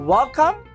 Welcome